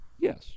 yes